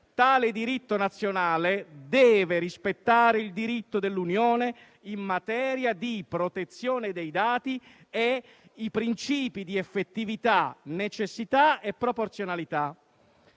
Tale diritto nazionale deve rispettare il diritto dell'Unione in materia di protezione dei dati e i principi di effettività, necessità e proporzionalità"